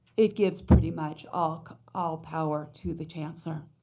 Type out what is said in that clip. it gives pretty much ah all power to the chancellor.